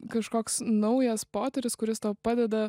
kažkoks naujas potyris kuris tau padeda